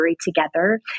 together